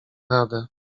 radę